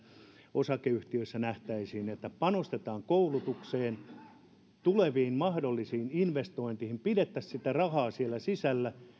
osakeyhtiöissä nähtäisiin että panostetaan koulutukseen ja tuleviin mahdollisiin investointeihin pidettäisiin sitä rahaa siellä sisällä